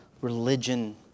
Religion